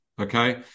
Okay